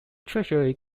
treasury